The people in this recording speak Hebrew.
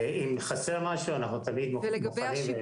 ואם חסר משהו אנחנו תמיד מוכנים להוסיף.